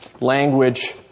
language